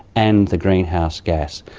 and the greenhouse gas.